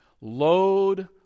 load